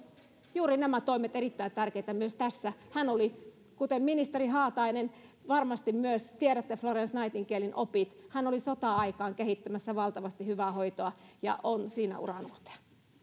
juuri nämä toimet erittäin tärkeinä myös tässä hän oli kuten ministeri haatainen varmasti myös tiedätte florence nightingalen opit sota aikaan kehittämässä valtavasti hyvää hoitoa ja on siinä uranuurtaja